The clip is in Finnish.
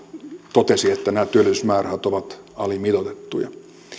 totesi että nämä työllisyysmäärärahat ovat alimitoitettuja no